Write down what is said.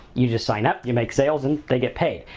you just sign up, you make sales, and they get paid.